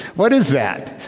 what is that?